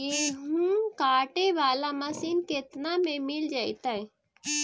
गेहूं काटे बाला मशीन केतना में मिल जइतै?